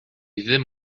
ddim